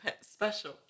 special